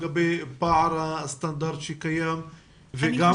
לגבי הפער שקיים בסטנדרט וגם